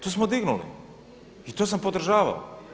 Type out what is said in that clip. To smo dignuli i to sam podržavao.